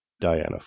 Diana